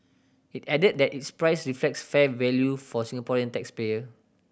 it added that its price reflects fair value for Singaporean tax payer